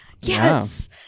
Yes